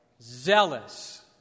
zealous